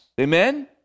Amen